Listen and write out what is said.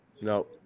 No